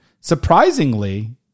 Surprisingly